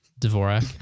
Dvorak